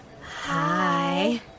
hi